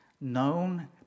known